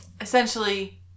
Essentially